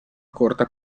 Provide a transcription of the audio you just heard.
corta